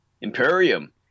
Imperium